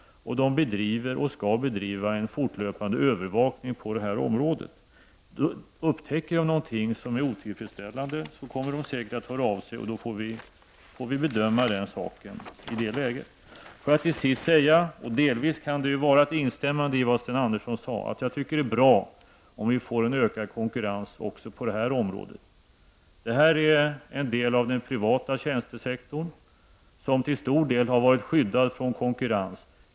Den bedriver, och skall bedriva, fortlöpande övervakning på området. Då den upptäcker något som är otillfredsställande kommer försäkringsinspektionen att höra av sig, och vi får bedöma situationen i det läget. Till sist vill jag -- det kan delvis ses som ett instämmande i vad Sten Andersson sade -- säga att det är bra om vi får ökad konkurrens också på det här området. Det utgör en del av den privata tjänstesektorn, som till stor del har varit skyddad från konkurrens.